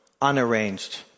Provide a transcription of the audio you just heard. unarranged